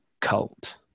cult